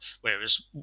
Whereas